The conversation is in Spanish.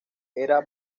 era